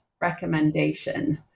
recommendation